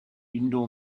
indoor